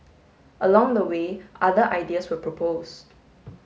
along the way other ideas were proposed